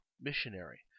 missionary